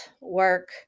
work